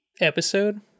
episode